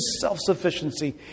self-sufficiency